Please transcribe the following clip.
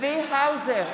צבי האוזר,